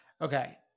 okay